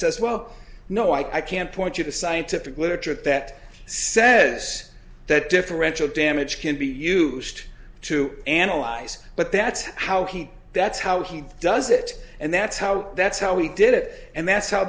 says well no i can't point you to scientific literature that says that differential damage can be used to analyze but that's how he that's how he does it and that's how that's how he did it and that's how